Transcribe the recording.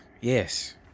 yes